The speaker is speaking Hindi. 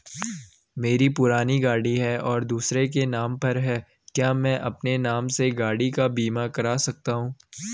मेरी पुरानी गाड़ी है और दूसरे के नाम पर है क्या मैं अपने नाम से गाड़ी का बीमा कर सकता हूँ?